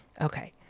Okay